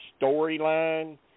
storyline